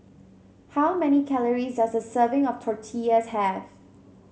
how many calories does a serving of Tortillas have